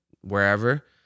wherever